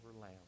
lamb